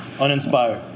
Uninspired